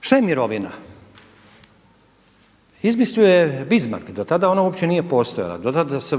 Šta je mirovina? Izmislio ju je Bismarck, do tada ona uopće nije postojala, dotada su